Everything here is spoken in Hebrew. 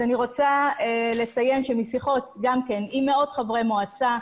אני רוצה לציין שמשיחות עם מאות חברי מועצה,